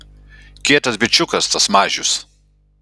kietas bičiukas tas mažius